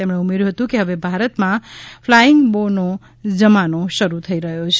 તેમણે ઉમેર્યું હતું કે હવે ભારતમાં ફ્લાઇંગ બો નો જમાનો શરૂ થઈ રહ્યો છે